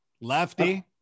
lefty